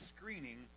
screening